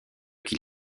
qu’il